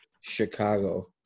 Chicago